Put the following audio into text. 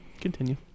Continue